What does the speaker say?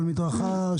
אבל מדרכה?